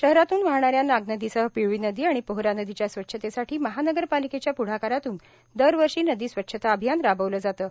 शहरातून वाहणाऱ्या नाग नदीसह पिवळी नदी आणि पोहरा नदीच्या स्वच्छतेसाठी महानगरपालिकेच्या प्ढाकारातून दरवर्षी नदी स्वच्छता अभियान राबविले जाते